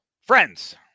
Friends